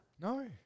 no